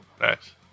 Nice